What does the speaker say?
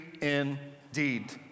indeed